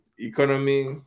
economy